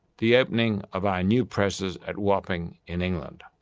the opening of our new presses at wapping in england.